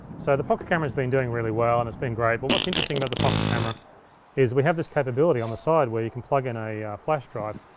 so the pocket camera's been doing really well and it's been great, but what's interesting about the pocket camera is we have this capability on the side where you can plug in a flash drive.